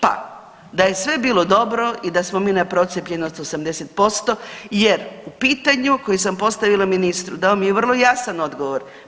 Pa da je sve bilo dobro i da smo mi na procijepljenost 80% jer u pitanju koje sam postavila ministru dao mi je vrlo jasan odgovora.